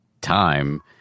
time